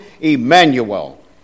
Emmanuel